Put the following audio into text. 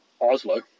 Oslo